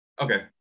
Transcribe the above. Okay